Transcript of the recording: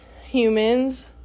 humans